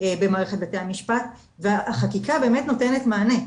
במערכת בתי המשפט והחקיקה באמת נותנת מענה,